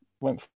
Went